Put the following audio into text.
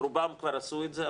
רובם כבר עשו את זה,